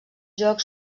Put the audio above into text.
joc